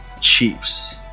Chiefs